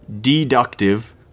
deductive